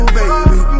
baby